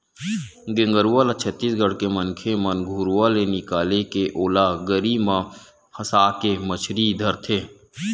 गेंगरूआ ल छत्तीसगढ़ के मनखे मन घुरुवा ले निकाले के ओला गरी म फंसाके मछरी धरथे